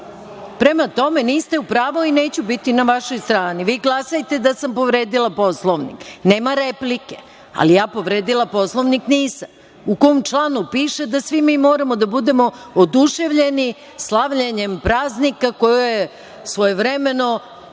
tome, niste u pravu i neću biti na vašoj strani, vi glasajte da sam povredila Poslovnik. Nema replike, ali povredila Poslovnik nisam. U kom članu piše da svi mi moramo da budemo oduševljeni slavljenjem praznika koji je svojevremeno